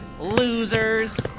losers